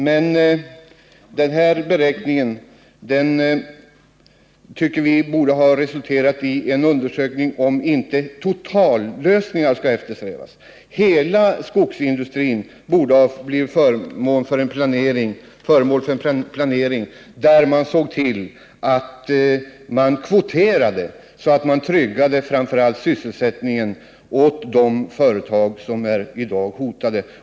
Men denna beläggning tycker vi borde ha resulterat i en undersökning om inte totallösningar skall eftersträvas. Hela skogsindustrin borde ha blivit föremål för en planering, där det sågs till att man kvoterade, så att man tryggade framför allt sysselsättningen åt de företag som i dag är hotade.